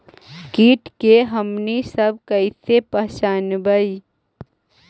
किट के हमनी सब कईसे पहचनबई?